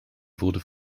wurde